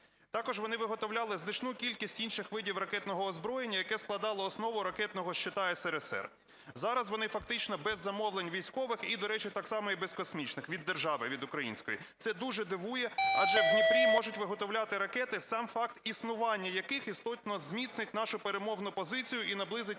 Також вони виготовляли значну кількість інших видів ракетного озброєння, яке складало основу ракетного щита СРСР. Зараз вони фактично без замовлень військових і, до речі, так само і без космічних від держави від української. Це дуже дивує, адже в Дніпрі можуть виготовляти ракети, сам факт існування яких істотно зміцнить нашу перемовну позицію і наблизить